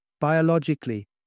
Biologically